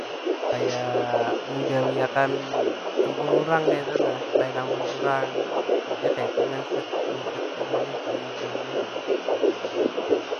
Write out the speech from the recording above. Kaya menggawiakan ampun urang kaytu nah lain ampun surang. Nya kaytu mindset- mindset inya nih, si ibam nih. Nah jadi kaytu.